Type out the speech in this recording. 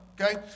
Okay